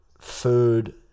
food